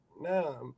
no